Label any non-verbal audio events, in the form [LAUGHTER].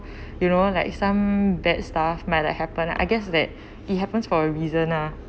[BREATH] you know like some bad stuff might like happen I guess that it happens for a reason lah